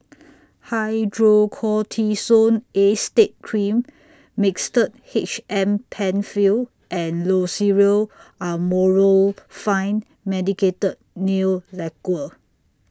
Hydrocortisone Acetate Cream Mixtard H M PenFill and Loceryl Amorolfine Medicated Nail Lacquer